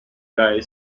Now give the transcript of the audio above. guy